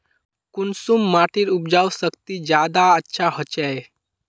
कुंसम माटिर उपजाऊ शक्ति ज्यादा अच्छा होचए?